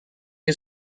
you